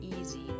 easy